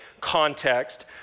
context